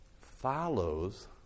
follows